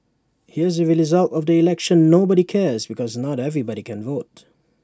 here's the result of the election nobody cares because not everybody can vote